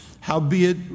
Howbeit